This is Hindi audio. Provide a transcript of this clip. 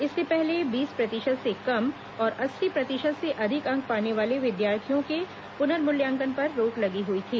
इससे पहले बीस प्रतिशत से कम और अस्सी प्रतिशत से अधिक अंक पाने वाले विद्यार्थियों के पुनर्मूल्यांकन पर रोक लगी हुई थी